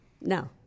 no